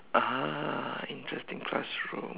(uh huh) interesting classroom